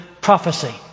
prophecy